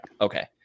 Okay